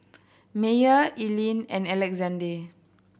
Meyer Ilene and Alexande